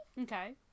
Okay